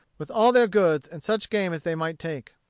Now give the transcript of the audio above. with all their goods, and such game as they might take.